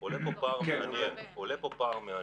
עולה פה פער מעניין,